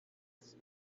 asked